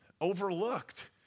overlooked